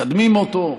מקדמים אותו,